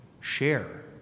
share